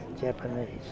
Japanese